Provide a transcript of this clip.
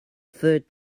third